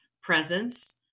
presence